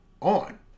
on